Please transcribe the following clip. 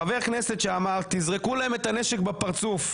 חבר כנסת שאמר: תזרקו להם את הנשק בפרצוף,